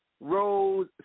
Rose